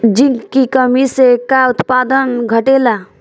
Zinc की कमी से का उत्पादन घटेला?